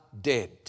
dead